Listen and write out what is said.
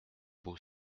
beau